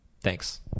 Thanks